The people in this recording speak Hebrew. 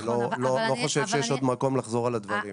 אני לא חושב שיש עוד מקום לחזור על הדברים.